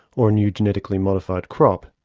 or a new genetically modified crop,